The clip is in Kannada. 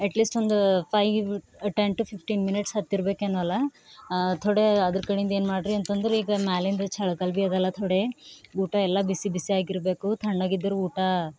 ಅಟ್ ಲೀಸ್ಟ್ ಒಂದು five ten to fifteen minutes ಹತ್ತಿರಬೇಕೆನೋ ಅಲ್ಲ ಥೊಡೆ ಅದ್ರ ಕಡೀಂದು ಏನು ಮಾಡಿರಿ ಅಂತಂದ್ರೆ ಈಗ ಮೇಲೆಯಿಂದ ಛಳಕಲು ಭೀ ಅದಲ್ಲ ಥೊಡೆ ಊಟ ಎಲ್ಲ ಬಿಸಿ ಬಿಸಿ ಆಗಿರಬೇಕು ತಣ್ಣಗಿದ್ರೆ ಊಟ